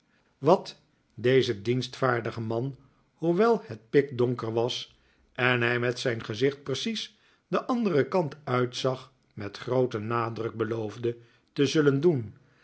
wat deze dienstvaardige man hoewel het pikdonker was en hij met zijn gezicht precies den anderen kant uit zat met grooten nadruk beloofde te zullen doen